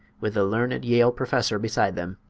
with the learned yale professor beside them.